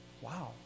Wow